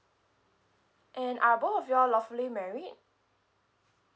and are both of you all lawfully married